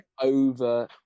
over